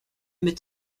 met